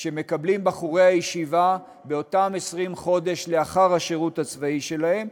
שמקבלים בחורי הישיבה באותם 20 חודש לאחר השירות הצבאי שלהם.